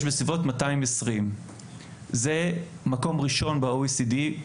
יש בסביבות 220. זה מקום ראשון ב-OECD.